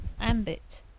ambit